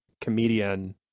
comedian